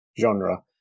genre